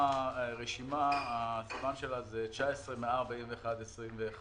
רשימה שסימנה הוא 19-141-21,